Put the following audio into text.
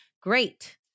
Great